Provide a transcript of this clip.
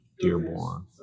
Dearborn